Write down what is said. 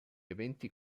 eventi